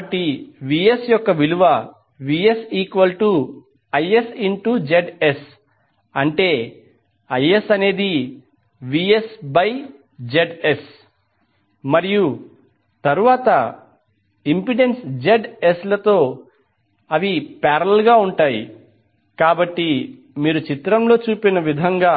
కాబట్టిVsIsZs⇔IsVsZs మరియు తరువాత impedance Zs లతో పారేలల్ గా ఉంటాయి కాబట్టి మీరు చిత్రంలో చూపిన విధంగా